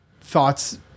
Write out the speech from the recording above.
thoughts